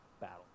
battle